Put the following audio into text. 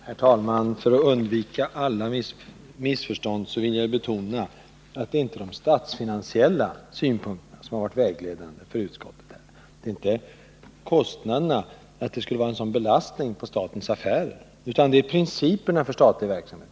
Herr talman! För att undanröja alla missförstånd vill jag betona att det inte är de statsfinansiella synpunkterna, att kostnaderna skulle var en belastning för statens affärer, som har varit vägledande för utskottet, utan det är principerna för statlig verksamhet.